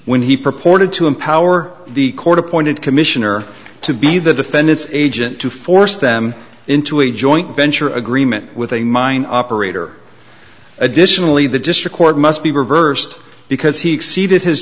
when he purported to empower the court appointed commissioner to be the defendant's agent to force them into a joint venture agreement with a mine operator additionally the district court must be reversed because he exceeded his